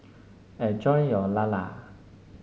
enjoy your Lala